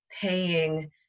paying